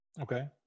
Okay